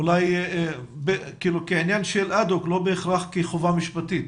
אולי כעניין של אד-הוק, לא בהכרח כחובה משפטית.